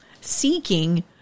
seeking